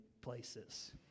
places